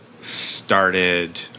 Started